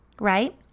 right